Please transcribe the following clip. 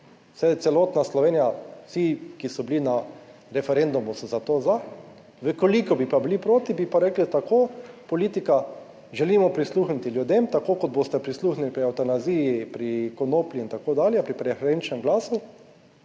celotna Slovenija, vsi, ki so bili na referendumu so za to, za, v kolikor bi pa bili proti, bi pa rekli tako, politika, želimo prisluhniti ljudem, tako kot boste prisluhnili pri evtanaziji, pri konoplji in tako dalje, pri preferenčnem glasu